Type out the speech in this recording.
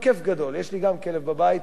יש גם לי כלב בבית, קוראים לו "מוס",